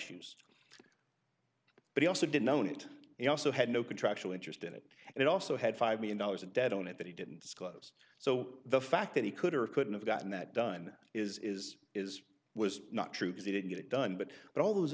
issues but he also didn't own it he also had no contractual interest in it and it also had five million dollars of debt on it that he didn't disclose so the fact that he could or couldn't have gotten that done is is is was not true because he didn't get it done but but all those